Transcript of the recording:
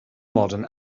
modern